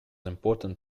important